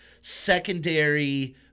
secondary